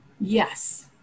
Yes